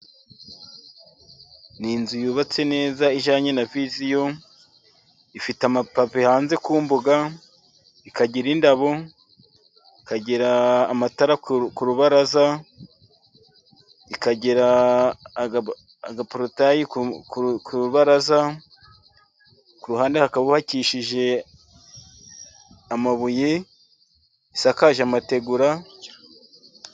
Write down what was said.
Ni inzu yubatse neza ijyanye na viziyo, ifite amapave hanze ku mbuga ikagira indabo, ikagira amatara ku rubaraza ikagira agaporotayi ku rubaraza, ku ruhande hakaba hubakishije amabuye isakaje amategura.